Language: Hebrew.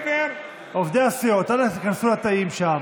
עובדי הסיעות, אנא תיכנסו לתאים שם.